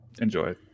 enjoy